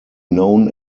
known